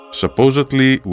supposedly